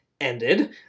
ended